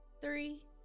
three